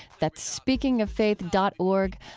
that's speakingoffaith dot org.